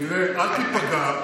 אל תיפגע,